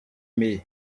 mai